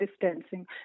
distancing